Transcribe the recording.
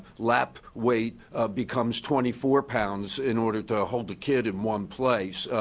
lap weight becomes twenty four pounds in order to hold a kid in one place?